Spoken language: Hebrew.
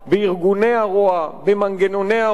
בארגוני הרוע, במנגנוני הרוע,